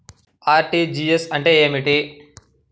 RTGS అంటే ఏమిటి?